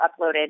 uploaded